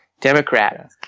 Democrat